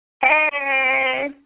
Hey